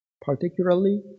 Particularly